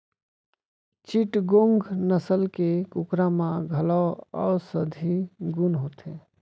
चिटगोंग नसल के कुकरा म घलौ औसधीय गुन होथे